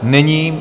Není.